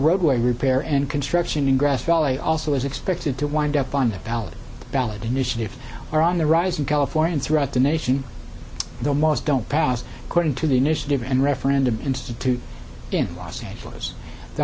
roadway repair and construction in grass valley also is expected to wind up on the ballot ballot initiatives are on the rise in california and throughout the nation though most don't pass according to the initiative and referendum institute in los angeles the